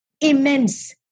Immense